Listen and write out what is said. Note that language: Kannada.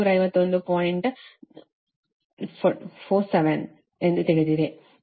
47 ಎಂದು ತಿಳಿದಿದೆ ಇದು 551